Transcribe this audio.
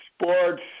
Sports